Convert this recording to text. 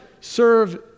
serve